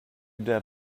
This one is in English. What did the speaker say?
dead